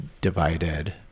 Divided